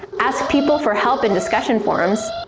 ask people for help in discussion forums,